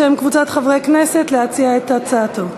בשם קבוצת חברי הכנסת, להציע את הצעתו.